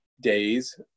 days